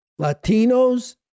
latinos